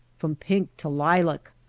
from pink to lilac,